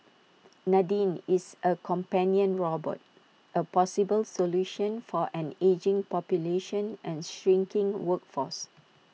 Nadine is A companion robot A possible solution for an ageing population and shrinking workforce